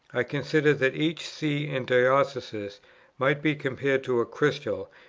i considered that each see and diocese might be compared to a crystal,